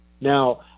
Now